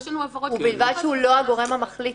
ובלבד שהוא לא הגורם המחליט